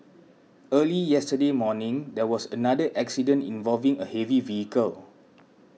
early yesterday morning there was another accident involving a heavy vehicle